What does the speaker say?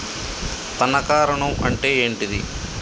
తనఖా ఋణం అంటే ఏంటిది?